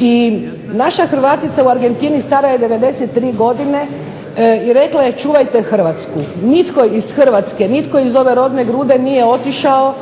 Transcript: i naša Hrvatica u Argentini stara je 93 godine i rekla je čuvajte Hrvatsku. Nitko iz Hrvatske, nitko iz ove rodne grude nije otišao